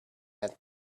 and